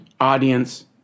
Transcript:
audience